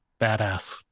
badass